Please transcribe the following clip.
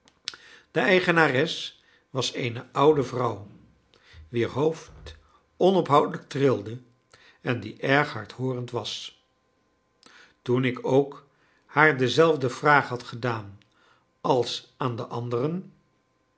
de eigenares was eene oude vrouw wier hoofd onophoudelijk trilde en die erg hardhoorend was toen ik ook haar dezelfde vraag had gedaan als aan de anderen